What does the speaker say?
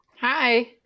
hi